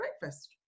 breakfast